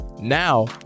Now